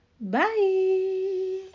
Bye